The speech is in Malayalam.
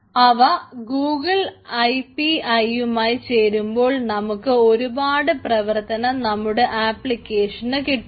അവ ഗൂഗിൾ എ പി ഐ യുമായി ചേരുമ്പോൾ നമുക്ക് ഒരുപാട് പ്രവർത്തനം നമ്മുടെ ആപ്ലിക്കേഷന് കിട്ടുന്നു